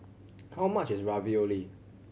how much is Ravioli